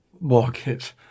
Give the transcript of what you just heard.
market